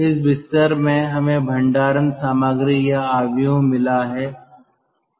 इस बिस्तर में हमें भंडारण सामग्री या मैट्रिक्स मिला है